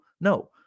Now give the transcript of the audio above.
no